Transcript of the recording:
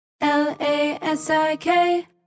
L-A-S-I-K